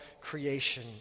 creation